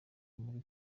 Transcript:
muri